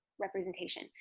representation